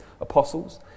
apostles